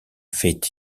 feit